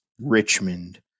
Richmond